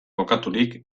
kokaturik